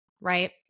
right